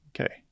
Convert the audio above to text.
okay